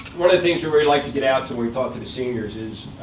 one of the things we really like to get out to when we talk to the seniors is